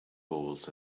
balls